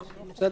בסדר?